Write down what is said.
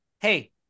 Hey